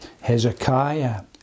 Hezekiah